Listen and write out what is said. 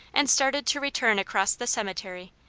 and started to return across the cemetery,